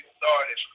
started